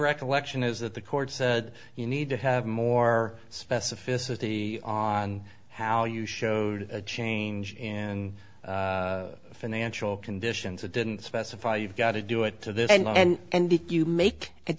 recollection is that the court said you need to have more specificity on how you showed a change in financial conditions that didn't specify you've got to do it to this end and if you make